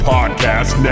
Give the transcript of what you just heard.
Podcast